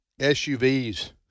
SUVs